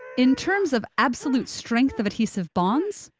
in terms of absolute strength of adhesive bonds,